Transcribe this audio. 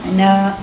न